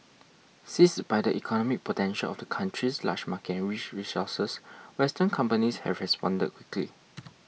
seized by the economic potential of the country's large market and rich resources western companies have responded quickly